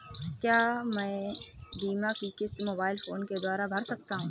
क्या मैं बीमा की किश्त मोबाइल फोन के द्वारा भर सकता हूं?